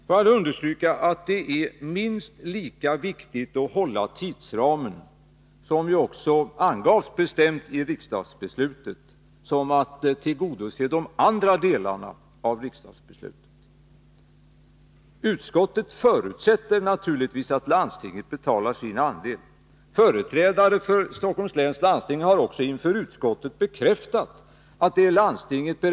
Får jag då understryka att det är minst lika viktigt att hålla tidsramen, som också bestämt angavs i riksdagsbeslutet, som att tillgodose de andra delarna i riksdagsbeslutet. Utskottet förutsätter naturligtvis att landstinget betalar sin del. Företrädare för Stockholms läns landsting har också inför utskottet bekräftat att det är berett att göra det.